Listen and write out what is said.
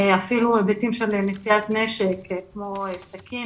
אפילו היבטים של נשיאת נשק כמו סכין,